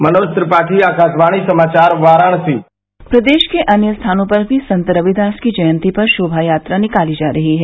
मनोज त्रिपाठी आकाशवाणी समाचार वाराणसी प्रदेश के अन्य स्थानों पर भी संत रविदास की जयंती पर शोभायात्रा निकाली जा रही है